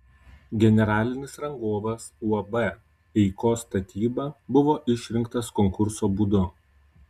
generalinis rangovas uab eikos statyba buvo išrinktas konkurso būdu